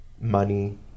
money